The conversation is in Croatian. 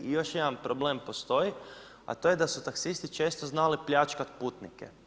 I još jedan problem postoji, a to je da su taksisti često znali pljačkat putnike.